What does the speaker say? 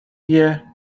wie